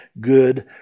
good